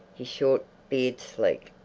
his short beard sleek.